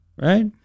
right